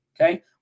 okay